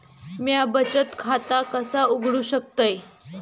म्या बचत खाता कसा उघडू शकतय?